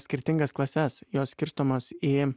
skirtingas klases jos skirstomos į